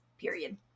Period